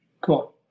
Cool